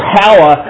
power